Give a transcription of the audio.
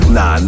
Nah